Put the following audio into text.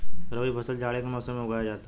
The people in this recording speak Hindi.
रबी फसल जाड़े के मौसम में उगाया जाता है